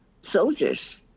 Soldiers